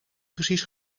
precies